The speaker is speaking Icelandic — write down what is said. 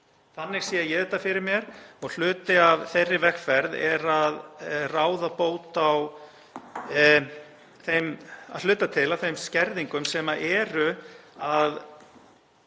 Þannig sé ég þetta fyrir mér. Hluti af þeirri vegferð er að ráða að hluta til bót á þeim skerðingum sem eru að